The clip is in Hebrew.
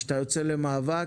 כשאתה יוצא למאבק,